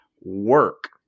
work